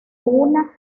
una